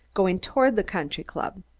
going toward the country-club?